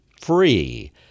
free